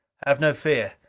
have no fear.